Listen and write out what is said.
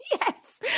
Yes